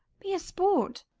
be a sport!